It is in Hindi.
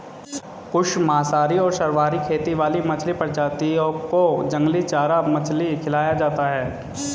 कुछ मांसाहारी और सर्वाहारी खेती वाली मछली प्रजातियों को जंगली चारा मछली खिलाया जाता है